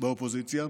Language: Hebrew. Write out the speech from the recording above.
באופוזיציה,